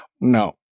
no